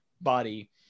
body